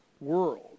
world